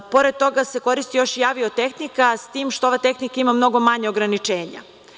Pored toga se koristi još aviotehnika, s tim što ova tehnika ima mnogo manja ograničenja.